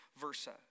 versa